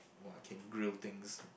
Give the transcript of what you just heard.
!wah! can grill things